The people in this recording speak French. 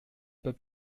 pas